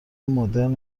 مدرن